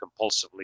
compulsively